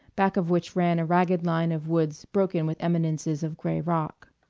back of which ran a ragged line of woods broken with eminences of gray rock.